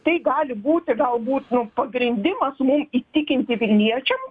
tai gali būti galbūt nu pagrindimas mum įtikinti vilniečiam